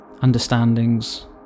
understandings